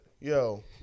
Yo